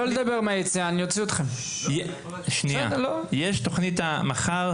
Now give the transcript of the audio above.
יש את תכנית המחר